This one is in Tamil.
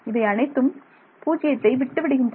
இவை அனைத்தும் 0ஐ விட்டுவிடுகின்றன